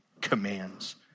commands